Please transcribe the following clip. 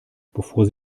bevor